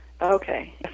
okay